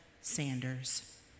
Sanders